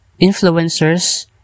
influencers